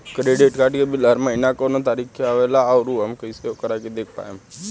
Credit card के bill हर महीना कौना तारीक के आवेला और आउर हम कइसे ओकरा के देख पाएम?